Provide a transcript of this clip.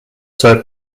sir